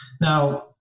Now